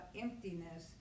emptiness